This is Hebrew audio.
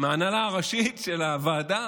מההנהלה הראשית של הוועדה